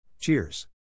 Cheers